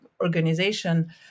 organization